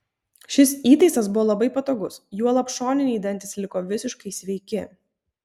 šis įtaisas buvo labai patogus juolab šoniniai dantys liko visiškai sveiki